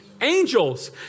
angels